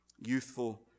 youthful